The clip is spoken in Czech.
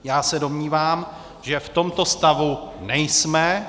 Já se domnívám, že v tomto stavu nejsme.